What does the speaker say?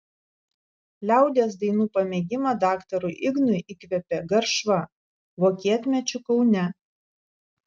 liaudies dainų pamėgimą daktarui ignui įkvėpė garšva vokietmečiu kaune